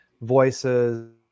voices